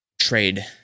trade